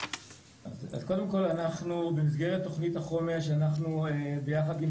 אז קודם כל אנחנו במסגרת תוכנית החומש אנחנו ביחד עם